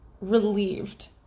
relieved